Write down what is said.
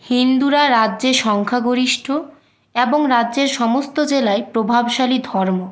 হিন্দুরা রাজ্যে সংখ্যাগরিষ্ঠ এবং রাজ্যের সমস্ত জেলায় প্রভাবশালী ধর্ম